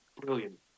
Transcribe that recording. brilliant